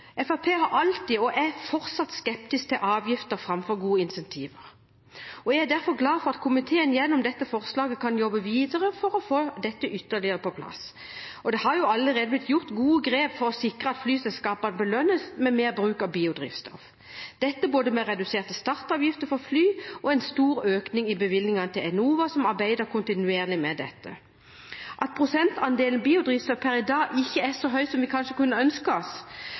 Fremskrittspartiet har alltid vært og er fortsatt skeptisk til avgifter framfor gode incentiver. Jeg er derfor glad for at komiteen gjennom dette forslag kan jobbe videre for å få dette ytterligere på plass. Det har allerede blitt tatt gode grep for å sikre at flyselskapene belønnes for mer bruk av biodrivstoff. Dette gjøres med både redusert startavgift for fly og en stor økning i bevilgningene til Enova, som arbeider kontinuerlig med dette. Selv om prosentandelen biodrivstoff per i dag ikke er så høy som vi kanskje kunne ønsket oss,